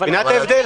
מבינה את ההבדל?